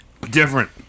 Different